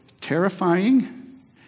terrifying